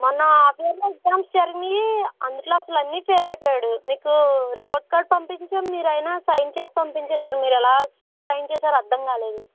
మొన్న half yearly exams జరిగాయి అందులో అసలు అన్నీ ఫెయిల్ అయిపోయాడు మీకు రిపోర్ట్ కార్డు పంపించాం మీరు అయినా సైన్ చేసి పంపించేశారు మీరు ఎలా సైన్ చేసారో అర్దం కాలేదు